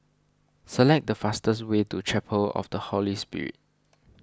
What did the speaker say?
select the fastest way to Chapel of the Holy Spirit